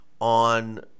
on